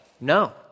no